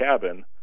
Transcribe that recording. cabin